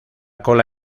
cola